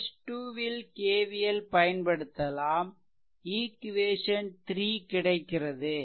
mesh 2 ல் KVL பயன்படுத்தலாம் equation 3 கிடைக்கிறது